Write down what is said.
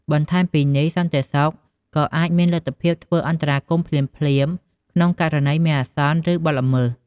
បន្ថែមពីនេះ សន្តិសុខក៏អាចមានលទ្ធភាពធ្វើអន្តរាគមន៍ភ្លាមៗក្នុងករណីមានអាសន្ន ឬបទល្មើស។